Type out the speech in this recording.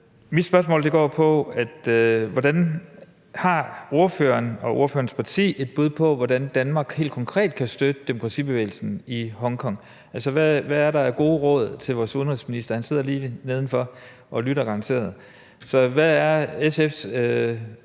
Mit spørgsmål går på, om ordføreren og ordførerens parti har et bud på, hvordan Danmark helt konkret kan støtte demokratibevægelsen i Hongkong. Hvad er der af gode råd til vores udenrigsminister? Han sidder lige neden for og lytter garanteret. Så hvad er SF's